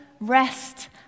rest